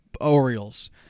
Orioles